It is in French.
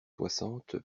soixante